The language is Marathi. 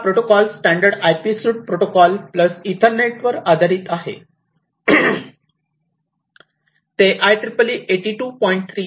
हा protocol standard IP suite protocol plus ethernet वर आधारित आहे ते IEEE 82